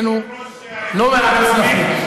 הבאנו לא מעט הצלחות.